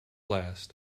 last